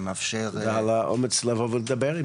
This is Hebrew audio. תודה על האומץ לבוא ולדבר.